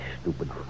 stupid